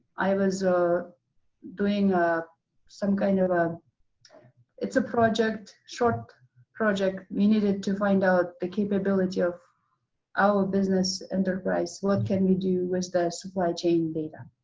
i was so doing some kind of, ah it's a project, short project. we needed to find out the capability of our business enterprise. what can we do with the supply chain data?